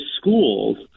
schools